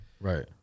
right